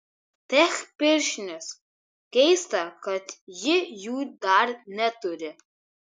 tech pirštinės keista kad ji jų dar neturi